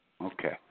Okay